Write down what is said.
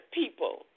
people